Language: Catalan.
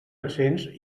accents